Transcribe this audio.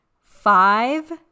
five